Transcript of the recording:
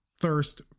thirst